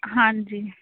ਹਾਂਜੀ